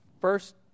First